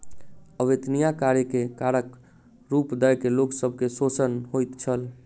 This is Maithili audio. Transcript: अवेत्निया कार्य के करक रूप दय के लोक सब के शोषण होइत छल